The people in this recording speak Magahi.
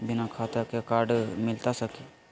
बिना खाता के कार्ड मिलता सकी?